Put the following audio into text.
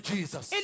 Jesus